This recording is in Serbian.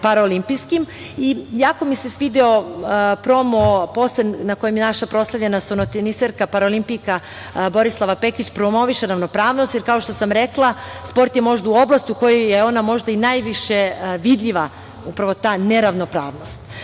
i jako mi se svideo promo posen na kojem je naša proslavljena stonoteniserka, paraolimpijka Borislava Pekić promoviše ravnopravnost, jer kao što sam rekla, sport je možda oblast u kojoj je možda i najviše vidljiva upravo ta neravnopravnost. Treba